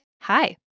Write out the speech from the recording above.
hi